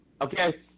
okay